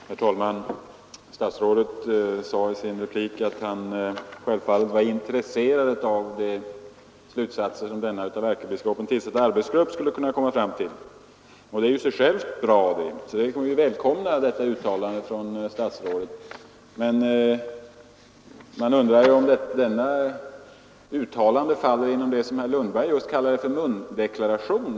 Herr talman! Statsrådet sade i sin replik att han självfallet var intresserad av de slutsatser som den av ärkebiskopen tillsatta arbetsgruppen skulle kunna komma fram till. Det är i sig självt bra. Jag välkomnar detta uttalande från statsrådet, men man undrar om uttalandet faller inom det som herr Lundberg just kallade för ”mundeklaration”.